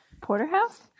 Porterhouse